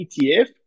ETF